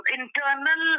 internal